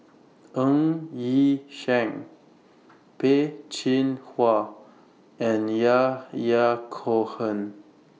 Ng Yi Sheng Peh Chin Hua and Yahya Cohen